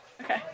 Okay